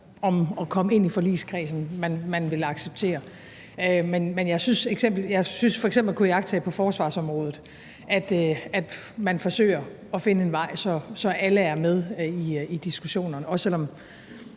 om at komme ind i forligskredsen, man vil acceptere. Men jeg synes f.eks. at kunne iagttage på forsvarsområdet, at man forsøger at finde en vej, så alle er med i diskussionerne, også selv om